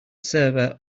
server